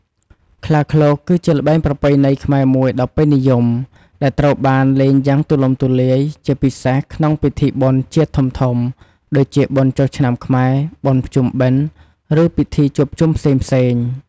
ខ្លាឃ្លោក គឺជាល្បែងប្រពៃណីខ្មែរមួយដ៏ពេញនិយម ដែលត្រូវបានលេងយ៉ាងទូលំទូលាយ ជាពិសេសក្នុងពិធីបុណ្យជាតិធំៗ ដូចជាបុណ្យចូលឆ្នាំខ្មែរ បុណ្យភ្ជុំបិណ្ឌ ឬពិធីជួបជុំផ្សេងៗ។